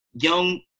young